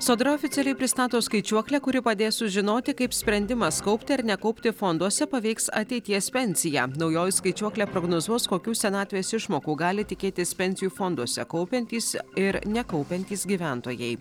sodra oficialiai pristato skaičiuoklę kuri padės sužinoti kaip sprendimas kaupti ar nekaupti fonduose paveiks ateities pensiją naujoji skaičiuoklė prognozuos kokių senatvės išmokų gali tikėtis pensijų fonduose kaupiantys ir nekaupiantys gyventojai